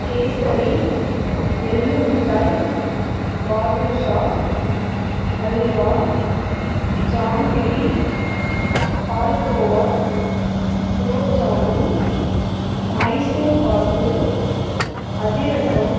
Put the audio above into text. கேசரி எள்ளு மிட்டாய் பாதுர்ஷா அல்வா ஜாங்கிரி பால்கோவா குலோப்ஜாமுன் மைசூர்பாகு அதிரசம்